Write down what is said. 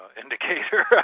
indicator